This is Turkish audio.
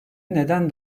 neden